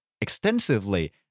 extensively